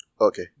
okay